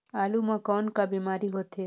आलू म कौन का बीमारी होथे?